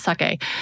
sake